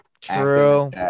True